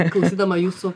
klausydama jūsų